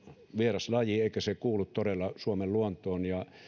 vieraslaji eikä todella kuulu suomen luontoon